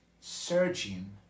searching